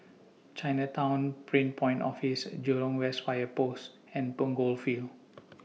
Chinatown Prin Point Office Jurong West Fire Post and Punggol Field